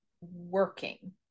working